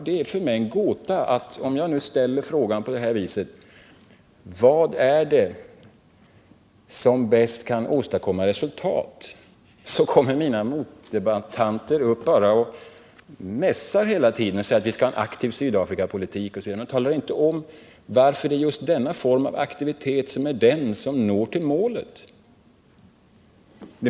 Det är för mig en gåta, att när jag frågar hur man bäst uppnår resultat, kommer mina meddebattörer och bara mässar hela tiden. De säger att vi skall ha en aktiv Sydafrikapolitik men talar inte om varför det är just denna form av aktivitet som bäst för fram till målet.